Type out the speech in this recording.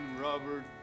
Robert